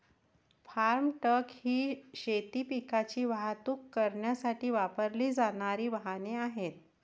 form truck ही शेती पिकांची वाहतूक करण्यासाठी वापरली जाणारी वाहने आहेत